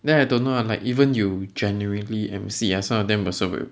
then I don't know lah like even you genuinely M_C ah some of them also will